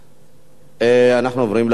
עוברים להצבעה.